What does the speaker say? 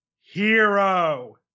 Hero